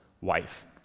wife